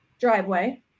driveway